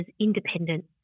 independent